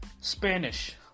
Spanish